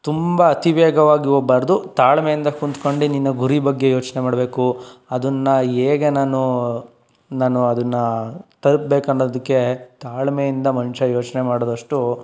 ತುಂಬ ಅತಿ ವೇಗವಾಗಿ ಹೋಗಬಾರ್ದು ತಾಳ್ಮೆಯಿಂದ ಕುಂತ್ಕಂಡು ನಿನ್ನ ಗುರಿ ಬಗ್ಗೆ ಯೋಚನೆ ಮಾಡಬೇಕು ಅದನ್ನು ಹೇಗೆ ನಾನು ನಾನು ಅದನ್ನು ತಲ್ಪ್ಬೇಕು ಅನ್ನೋದಕ್ಕೆ ತಾಳ್ಮೆಯಿಂದ ಮನುಷ್ಯ ಯೋಚನೆ ಮಾಡಿದಷ್ಟು